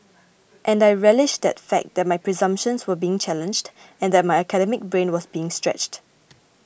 and I relished that fact that my presumptions were being challenged and that my academic brain was being stretched